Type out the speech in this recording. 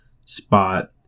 spot